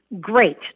great